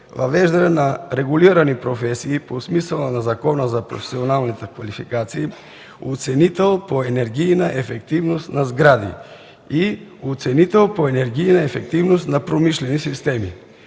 въвеждане на регулирани професии по смисъла на Закона за професионалните квалификации „оценител по енергийна ефективност на сгради” и „оценител по енергийна ефективност на промишлени системи”.